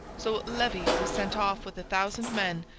so levis was sent off with a thousand men,